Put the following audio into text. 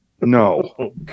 no